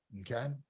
Okay